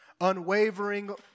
unwavering